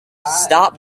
stop